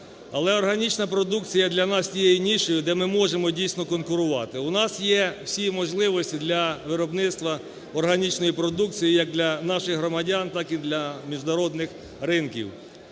Але органічна продукція є для тією нішею, де ми можемо дійсно конкурувати. У нас є всі можливості для виробництва органічної продукції як для наших громадян так і для міжнародних ринків.